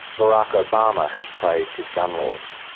barack obama has praised his gun laws.